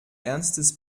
ernstes